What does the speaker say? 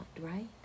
right